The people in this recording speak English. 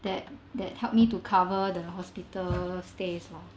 that that helped me to cover the hospital stays lah